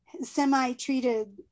semi-treated